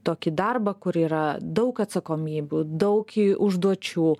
tokį darbą kur yra daug atsakomybių daug užduočių